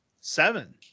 seven